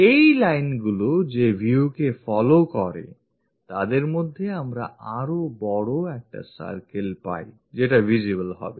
এই line গুলো যে viewকে follow করে তাদের মধ্যে আমরা আরোও বড়ো একটা circle পাই যেটা visible হবে